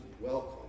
welcome